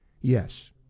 Yes